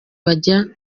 bajyana